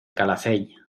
calafell